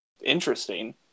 interesting